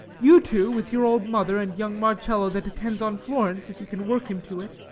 you two with your old mother, and young marcello that attends on florence, if you can work him to it,